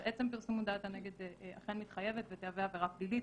אבל עצם פרסום מודעת הנגד אכן מתחייבת ותהווה עבירה פלילית,